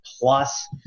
plus